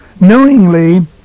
knowingly